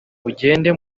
mugende